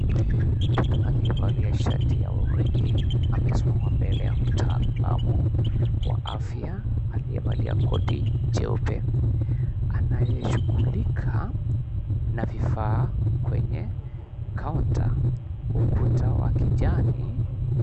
Mtoto aliyevalia shati la urithi amesimama mbele ya mtaalamu wa afya aliyevalia koti jeupe anayeshughulika na vifaa kwenye kaunta kwa ukuta wa kijani.